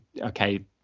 okay